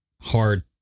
hard